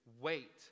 wait